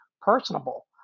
personable